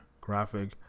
graphic